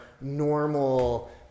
normal